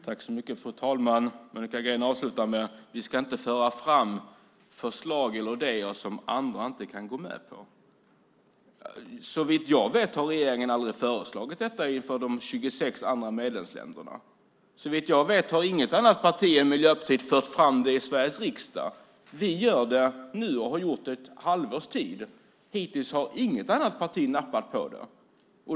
Fru talman! Monica Green avslutar med att säga att vi inte ska föra fram förslag eller idéer som andra inte kan gå med på. Såvitt jag vet har regeringen aldrig föreslagit detta inför de 26 andra medlemsländerna. Såvitt jag vet har inget annat parti än Miljöpartiet fört fram detta i Sveriges riksdag. Vi gör det nu och har gjort det under ett halvårs tid. Hittills har inget annat parti nappat på det.